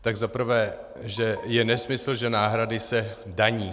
Tak za prvé, že je nesmysl, že náhrady se daní.